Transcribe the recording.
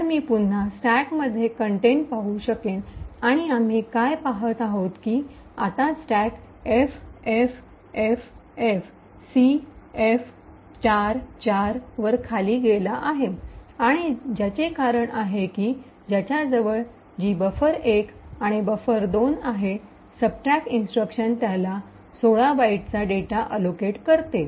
तर मी पुन्हा स्टॅकमधील कन्टेनट पाहू शकेन आणि आम्ही काय पहात आहोत की आता स्टॅक ffffcf44 वर खाली गेला आहे आणि त्याचे कारण आहे की ज्याच्या जवळ जी बफर१ आणि बफर२ आहे सबट्रक इंस्ट्रक्शन त्याला १६ बाईटचा डेटा आलोकेट करतो